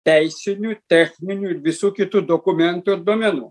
teisinių techninių ir visų kitų dokumentų ir duomenų